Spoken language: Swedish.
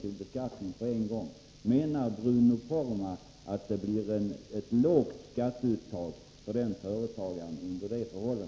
Menar Bruno Poromaa att det under sådana förhållanden blir fråga om ett lågt skatteuttag för den företagaren?